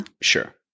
Sure